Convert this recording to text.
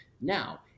Now